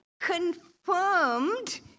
confirmed